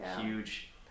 huge